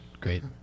great